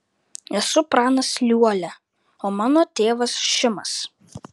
esu pranas liuolia o mano tėvas šimas